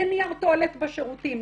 אין נייר טואלט בשירותים,